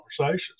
conversations